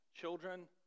children